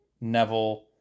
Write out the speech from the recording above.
Neville